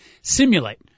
simulate